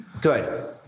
Good